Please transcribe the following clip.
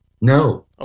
No